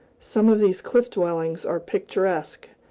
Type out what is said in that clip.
some of these cliff-dwellings are picturesque,